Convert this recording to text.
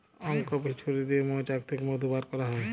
uncapping ছুরি দিয়ে মোচাক থ্যাকে মধু ব্যার ক্যারা হয়